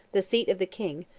the seat of the king,